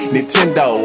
Nintendo